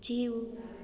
जीउ